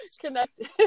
Connected